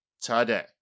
today